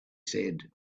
said